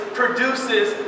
produces